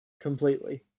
completely